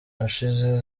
ashize